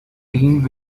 teams